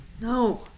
No